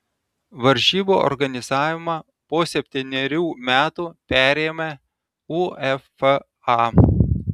varžybų organizavimą po septynerių metų perėmė uefa